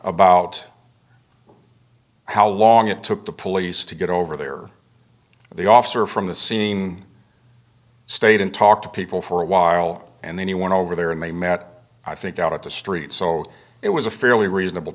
about how long it took the police to get over there the officer from the seam stayed and talked to people for a while and then he went over there and they met i think out of the street so it was a fairly reasonable